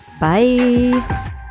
Bye